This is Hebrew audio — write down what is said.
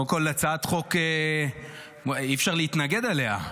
קודם כול, הצעת חוק שאי-אפשר להתנגד לה,